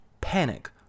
Panic